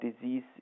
disease